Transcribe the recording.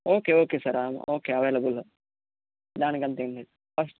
okay okay sir okay available దానికి అంత ఎంలేదు